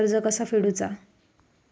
कर्ज कसा फेडुचा?